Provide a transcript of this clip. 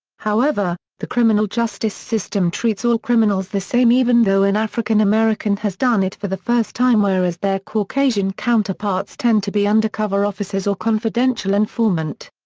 however, the criminal justice system treats all criminals the same even though an african american has done it for the first time whereas their caucasian counterparts tend to be undercover officers or confidential informant.